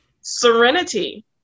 serenity